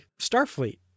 Starfleet